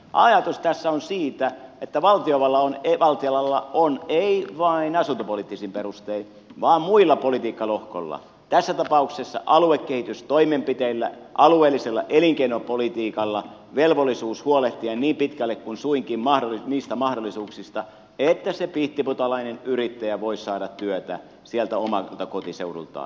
ajatus tässä on siitä että valtiovallalla on ei vain asuntopoliittisin perustein vaan muilla politiikkalohkoilla tässä tapauksessa aluekehitystoimenpiteillä alueellisella elinkeinopolitiikalla velvollisuus huolehtia niin pitkälle kuin suinkin mahdollista niistä mahdollisuuksista että se pihtiputaalainen yrittäjä voisi saada työtä sieltä omalta kotiseudultaan